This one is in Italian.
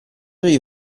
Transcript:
gli